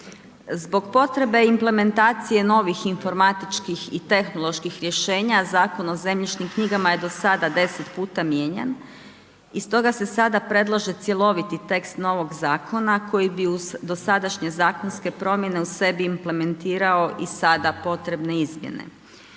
Zbog potrebe implementacije novih informatičkih i tehnoloških rješenja Zakon o zemljišnim knjigama je do sada 10 puta mijenjan. I stoga se sada predlaže cjeloviti tekst novog zakona koji bi uz dosadašnje zakonske promjene u sebi implementirao i sada potrebne izmjene.